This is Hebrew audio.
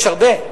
יש הרבה.